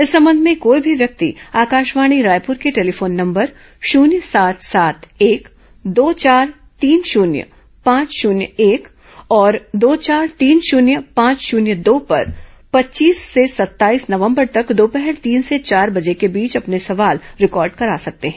इस संबंध में कोई भी व्यक्ति आकाशवाणी रायपुर के टेलीफोन नंबर शुन्य सात सात एक दो चार तीन शुन्य पांच शुन्य एक और दो चार तीन शुन्य पांच शुन्य दो पर पच्चीस से सत्ताईस नवंबर तक दोपहर तीन से चार बजे के बीच अपने सवाल रिकॉर्ड करा सकते हैं